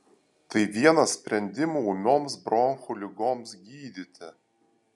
tai vienas sprendimų ūmioms bronchų ligoms gydyti